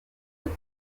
bacu